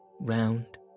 round